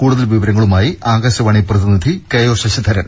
കൂടുതൽ വിവരങ്ങളുമായി ആകാശവാണി പ്രതിനിധി കെ ഒ ശശിധരൻ